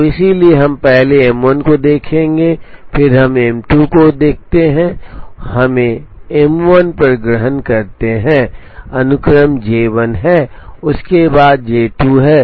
तो इसलिए हम पहले M1 को देखेंगे और फिर हम M21 को देखते हैं हमें M1 पर ग्रहण करते हैं अनुक्रम J1 है और उसके बाद J2 है